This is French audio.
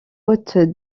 haute